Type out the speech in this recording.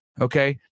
okay